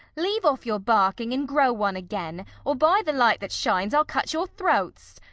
leave off your barking, and grow one again, or, by the light that shines, i'll cut your throats.